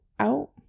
out